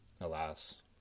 Alas